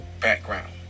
background